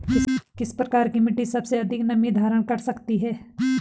किस प्रकार की मिट्टी सबसे अधिक नमी धारण कर सकती है?